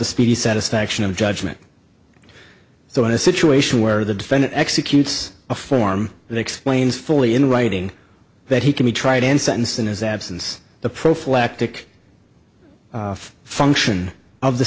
the speedy satisfaction of judgment so in a situation where the defendant executes a form that explains fully in writing that he can be tried and sentenced in his absence the prophylactic function of the